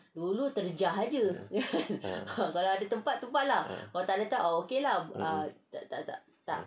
ah